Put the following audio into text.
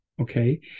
Okay